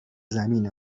زمین